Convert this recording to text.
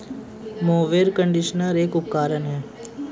mower conditioner एक उपकरण है